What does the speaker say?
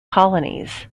colonies